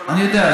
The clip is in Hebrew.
אני יודע,